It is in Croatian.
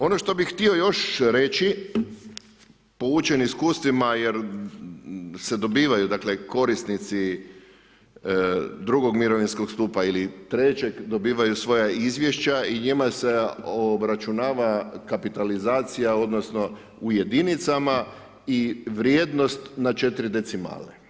Ono što bih htio još reći poučen iskustvima jer se dobivaju, dakle korisnici drugog mirovinskog stupa ili trećeg dobivaju svoja izvješća i njima se obračunava kapitalizacija, odnosno u jedinicama i vrijednost na četiri decimale.